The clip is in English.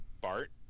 Bart